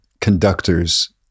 conductors